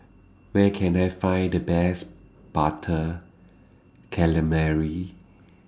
Where Can I Find The Best Butter Calamari